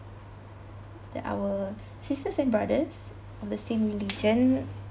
that our sisters and brothers of the same religion